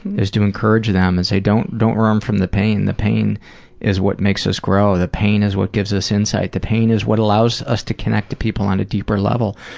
is to encourage them and say, don't don't run from the pain. the pain is what makes us grow. the pain is what gives us insight. the pain is what allows us to connect to people on a deeper level.